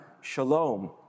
Shalom